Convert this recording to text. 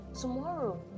Tomorrow